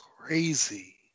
Crazy